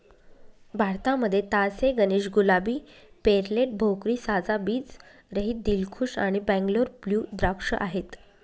भारतामध्ये तास ए गणेश, गुलाबी, पेर्लेट, भोकरी, साजा, बीज रहित, दिलखुश आणि बंगलोर ब्लू द्राक्ष आहेत